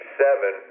seven